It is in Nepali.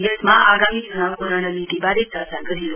यसमा आगामी च्नाउको रणनीतिबारे चर्चा गरियो